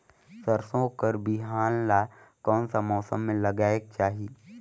सरसो कर बिहान ला कोन मौसम मे लगायेक चाही?